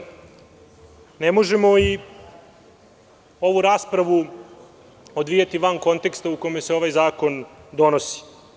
Ne možemo i ovu raspravu odvijati van konteksta u kome se ovaj zakon donosi.